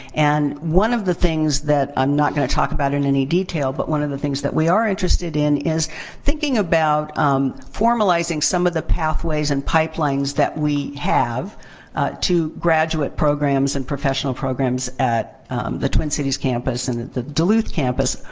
and one of the things that i'm not gonna talk about in any detail, but one of the things that we are interested in is thinking about um formalizing some of the pathways and pipelines that we have to graduate programs and professional programs at the twin cities campus and the duluth campus.